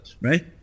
right